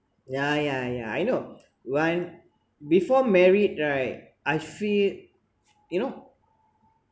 yeah yeah yeah I know when before married right I feel you know